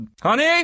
honey